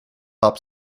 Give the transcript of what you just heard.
hop